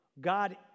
God